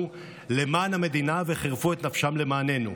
למען המדינה וחרפו את נפשם למעננו.